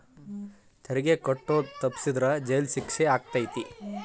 ತೆರಿಗೆ ಕಟ್ಟೋದ್ ತಪ್ಸಿದ್ರ ಜೈಲ್ ಶಿಕ್ಷೆ ಆಗತ್ತೇನ್